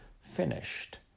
finished